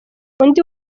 undi